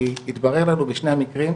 כי התברר לנו משני המקרים,